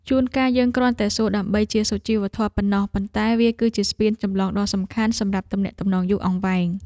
ជួនកាលយើងគ្រាន់តែសួរដើម្បីជាសុជីវធម៌ប៉ុណ្ណោះ ប៉ុន្តែវាគឺជាស្ពានចម្លងដ៏សំខាន់សម្រាប់ទំនាក់ទំនងយូរអង្វែង។